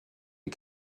les